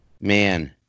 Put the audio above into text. Man